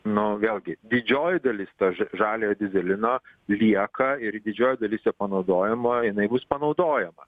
nu vėlgi didžioji dalis to žaliojo dyzelino lieka ir didžioji dalis jo panaudojimo jinai bus panaudojama